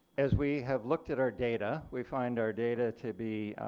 as we have looked at our data we find our data to be